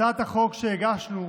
הצעת החוק שהגשנו,